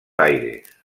aires